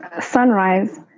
Sunrise